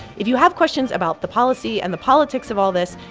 if you have questions about the policy and the politics of all this,